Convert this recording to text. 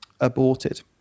aborted